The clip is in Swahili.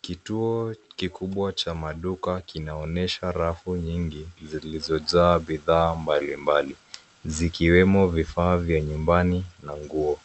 Kituo kikubwa cha maduka kinaonyesha rafu nyingi zilizojaa bidhaa mbalimbali zikiwemo vifaa vya nyumbani na nguo.